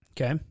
Okay